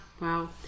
Wow